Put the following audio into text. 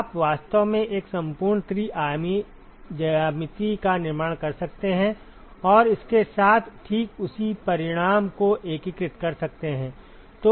आप वास्तव में एक संपूर्ण त्रि आयामी ज्यामिति का निर्माण कर सकते हैं और इसके साथ ठीक उसी परिणाम को एकीकृत कर सकते हैं